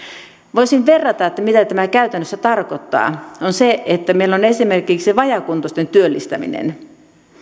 voisin verrata että se mitä tämä käytännössä tarkoittaa on se että meillä on esimerkiksi vajaakuntoisten työllistäminen